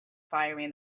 firing